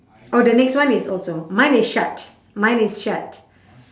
oh the next one is also mine is shut mine is shut